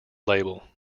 label